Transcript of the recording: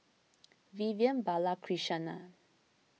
Vivian Balakrishnan